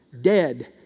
Dead